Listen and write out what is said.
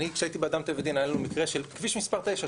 אני כשהייתי באדם טבע ודין היה לנו מקרה של כביש מספר 9,